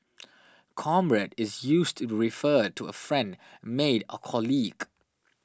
comrade is used to refer to a friend mate or colleague